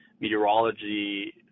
meteorology